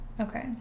Okay